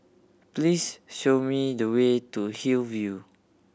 please show me the way to Hillview